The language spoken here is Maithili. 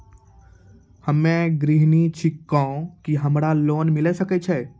हम्मे गृहिणी छिकौं, की हमरा लोन मिले सकय छै?